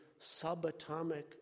subatomic